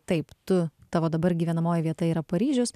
taip tu tavo dabar gyvenamoji vieta yra paryžius